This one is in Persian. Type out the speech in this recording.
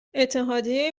اتحادیه